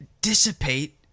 dissipate